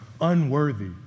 unworthy